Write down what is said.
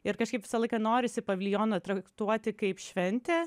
ir kažkaip visą laiką norisi paviljoną traktuoti kaip šventę